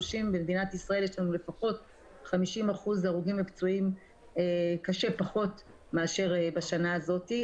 במדינת ישראל יש לנו לפחות 50% פחות הרוגים ופצועים קשה מאשר בשנה הזאת.